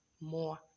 more